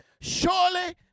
Surely